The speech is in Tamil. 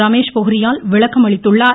ரமேஷ் பொஹ்ரியால் விளக்கம் அளித்துள்ளார்